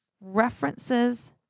references